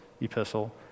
epistle